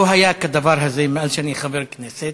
לא היה כדבר הזה מאז שאני חבר הכנסת,